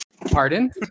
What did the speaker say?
Pardon